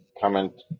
comment